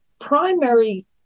primary